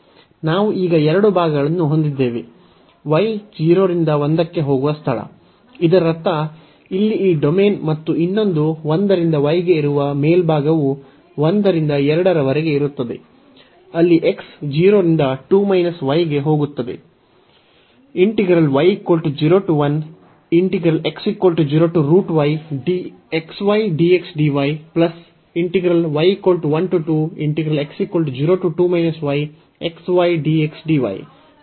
ನಾವು ಈಗ ಎರಡು ಭಾಗಗಳನ್ನು ಹೊಂದಿದ್ದೇವೆ y 0 ರಿಂದ 1 ಕ್ಕೆ ಹೋಗುವ ಸ್ಥಳ ಇದರರ್ಥ ಇಲ್ಲಿ ಈ ಡೊಮೇನ್ಮತ್ತು ಇನ್ನೊಂದು 1 ರಿಂದ y ಗೆ ಇರುವ ಮೇಲ್ಭಾಗವು 1 ರಿಂದ 2 ರವರೆಗೆ ಇರುತ್ತದೆ ಅಲ್ಲಿ x 0 ರಿಂದ 2 y ಗೆ ಹೋಗುತ್ತದೆ